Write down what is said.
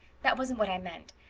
that wasn't what i meant.